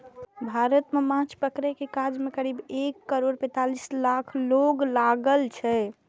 भारत मे माछ पकड़ै के काज मे करीब एक करोड़ पैंतालीस लाख लोक लागल छै